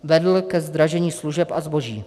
Vedl ke zdražení služeb a zboží.